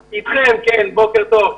כן, בוקר טוב.